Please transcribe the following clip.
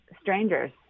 strangers